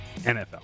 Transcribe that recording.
NFL